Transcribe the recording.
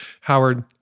Howard